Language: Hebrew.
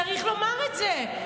צריך לומר את זה.